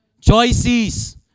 Choices